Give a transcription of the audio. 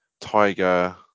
tiger